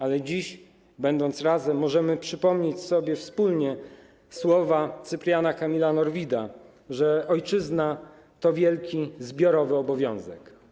Ale dziś, będąc razem, możemy przypomnieć sobie wspólnie słowa Cypriana Kamila Norwida, że ojczyzna to wielki zbiorowy obowiązek.